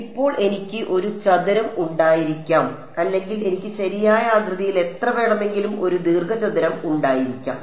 ഇപ്പോൾ എനിക്ക് ഒരു ചതുരം ഉണ്ടായിരിക്കാം അല്ലെങ്കിൽ എനിക്ക് ശരിയായ ആകൃതിയിൽ എത്ര വേണമെങ്കിലും ഒരു ദീർഘചതുരം ഉണ്ടായിരിക്കാം